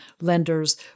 lenders